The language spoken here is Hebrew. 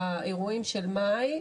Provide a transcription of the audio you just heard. באירועים של מאי,